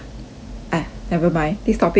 !aiya! never mind this topic very heavy